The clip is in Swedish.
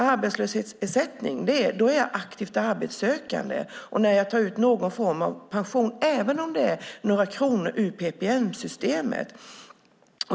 Arbetslöshetsersättning är till för den som är aktivt arbetssökande. Det är annorlunda när man tar ut pension, även om det bara är några kronor ur PPM-systemet.